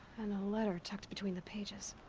and a letter tucked between the pages.